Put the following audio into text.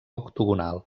octogonal